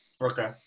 Okay